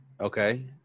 Okay